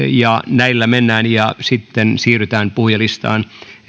näillä mennään ja sitten siirrytään puhujalistaan